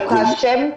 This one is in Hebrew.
חלוקה שמית?